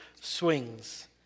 swings